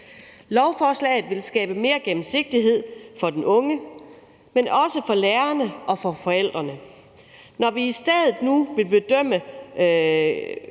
Lovforslaget vil skabe mere gennemsigtighed for den unge, men også for lærerne og for forældrene. Når vi nu i stedet vil bedømme